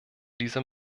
dieser